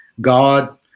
God